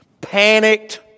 panicked